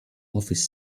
office